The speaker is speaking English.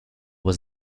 was